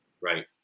Right